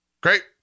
great